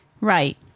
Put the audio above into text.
Right